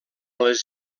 les